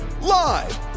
Live